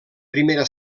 primera